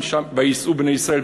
"ויסעו בני ישראל,